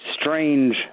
strange